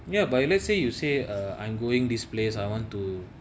ya but let's say you say err I'm going this place I want to